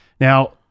Now